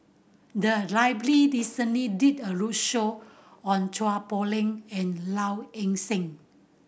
the recently did a roadshow on Chua Poh Leng and Low Ing Sing